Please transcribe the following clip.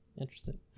interesting